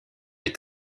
est